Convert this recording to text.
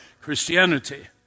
Christianity